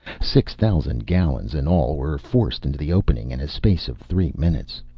six thousand gallons in all were forced into the opening in a space of three minutes.